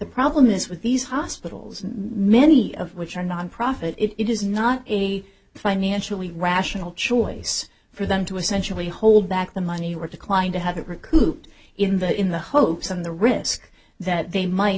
problem is with these hospitals mini of which are nonprofit it is not a financially rational choice for them to essentially hold back the money we're declined to have it recouped in the in the hopes of the risk that they might